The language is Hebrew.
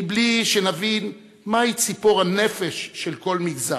בלי שנבין מהי ציפור הנפש של כל מגזר,